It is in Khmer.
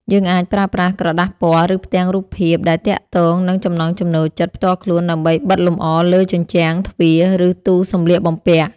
យើងអាចប្រើប្រាស់ក្រដាសពណ៌ ឬផ្ទាំងរូបភាព ដែលទាក់ទងនឹងចំណង់ចំណូលចិត្តផ្ទាល់ខ្លួនដើម្បីបិទលម្អលើ ជញ្ជាំង ទ្វារ ឬទូសម្លៀកបំពាក់។